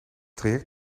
traject